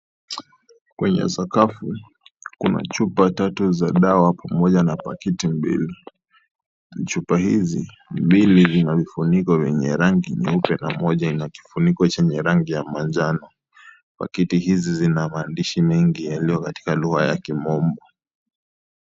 Kwenye sakafu kuna chupa tatu za dawa pamoja na pakiti mbili. Chupa hizi mbili zina vifuniko vyenye rangi nyeupe pamoja na kifuniko chenye rangi ya manjano. Pakiti hizi zina maandishi mengi yaliyo katika lugha ya kimombo.